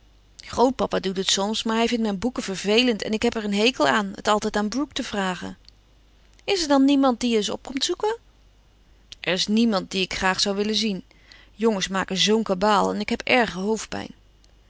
grootpapa doet het soms maar hij vindt mijn boeken vervelend en ik heb er een hekel aan het altijd aan brooke te vragen is er dan niemand die je eens komt opzoeken er is niemand dien ik graag zou willen zien jongens maken zoo'n kabaal en ik heb erge hoofdpijn